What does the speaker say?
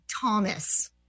Thomas